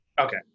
Okay